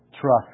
trust